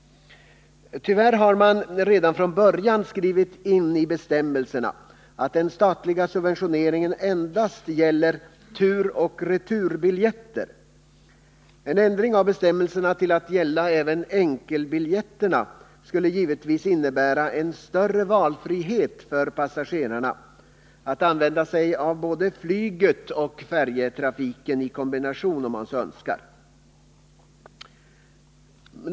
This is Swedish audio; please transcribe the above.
Tyvärr har man redan från början skrivit in i bestämmelserna att den statliga subventioneringen endast gäller turoch returbiljetter. En ändring av bestämmelserna till att gälla även enkelbiljetterna skulle givetvis innebära en större valfrihet för passagerarna att använda flyget och färjetrafiken i kombination om man så önskar.